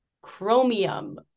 chromium